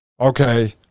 okay